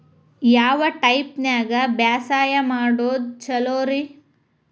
ಯಾವ ಟೈಪ್ ನ್ಯಾಗ ಬ್ಯಾಸಾಯಾ ಮಾಡೊದ್ ಛಲೋರಿ?